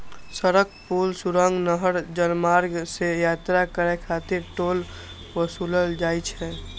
सड़क, पुल, सुरंग, नहर, जलमार्ग सं यात्रा करै खातिर टोल ओसूलल जाइ छै